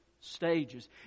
stages